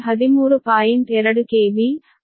2 KV 30 MVA